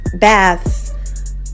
baths